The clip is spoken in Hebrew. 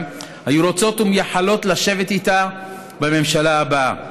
היו רוצות ומייחלות לשבת איתה בממשלה הבאה.